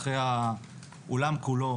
אחרי העולם כולו,